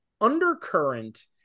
undercurrent